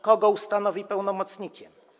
Kogo ustanowi pełnomocnikiem?